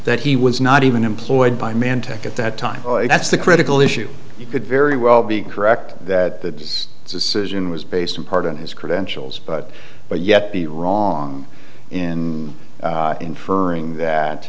that he was not even employed by mantic at that time that's the critical issue you could very well be correct that it's a citizen was based in part on his credentials but but yet be wrong in inferring that